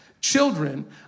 children